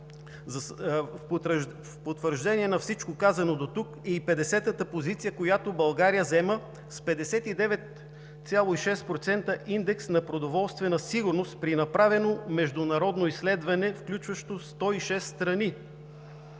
В потвърждение на всичко казано дотук е и 50-ата позиция, която България заема с 59,6% индекс на продоволствената сигурност при направено международно изследване, включващо 106 страни.